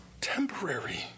temporary